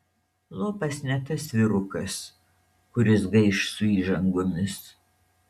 lopas ne tas vyrukas kuris gaiš su įžangomis